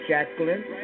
Jacqueline